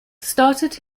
started